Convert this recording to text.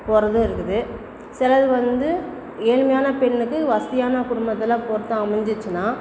போகிறதும் இருக்குது சிலது வந்து ஏழ்மையான பெண்ணுக்கு வசதியான குடும்பத்தில் பொருத்தம் அமைஞ்சிடுச்சின்னா